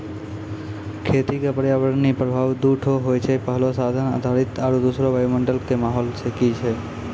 खेती क पर्यावरणीय प्रभाव दू ठो होय छै, पहलो साधन आधारित आरु दोसरो वायुमंडल कॅ माहौल की छै